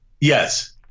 Yes